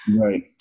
right